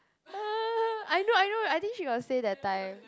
I know I know I think she got say that time